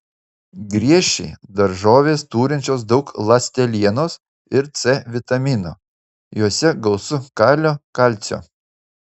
griežčiai daržovės turinčios daug ląstelienos ir c vitamino juose gausu kalio kalcio